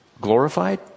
glorified